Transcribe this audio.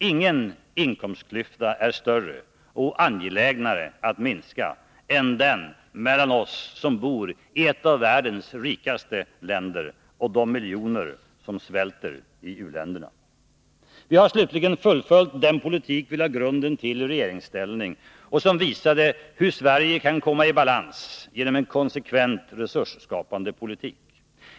Ingen inkomstklyfta är större och mer angelägen att minska än den mellan oss som bor i ett av världens rikaste länder och de miljoner som svälter i u-länderna. Vi har, slutligen, fullföljt den politik vi lade grunden till i regeringsställning och som visade hur Sverige kan komma i balans genom en konsekvent resursskapande politik.